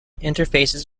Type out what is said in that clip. interfaces